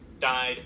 died